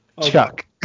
Chuck